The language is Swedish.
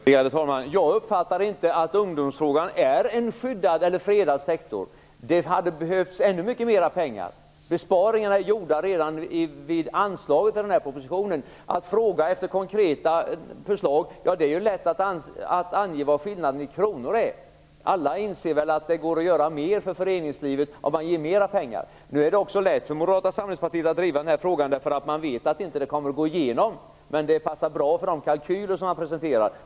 Värderade talman! Jag uppfattar inte att ungdomsfrågan är en skyddad eller fredad sektor. Det hade behövts ännu mera pengar. Besparingarna är ju gjorda redan vid anslaget till propositionen. När det gäller att fråga efter konkreta förslag är det lätt att ange skillnaden i kronor. Alla inser väl att det går att göra mera för föreningslivet om mera pengar beviljas. Det är också lätt för er i Moderata samlingspartiet att driva den här frågan. Ni vet ju att vad ni säger inte kommer att gå igenom. Men det passar bra för kalkyler som presenteras.